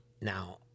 Now